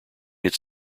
its